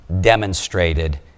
demonstrated